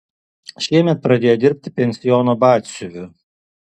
šiemet pradėjo dirbti pensiono batsiuviu